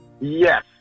Yes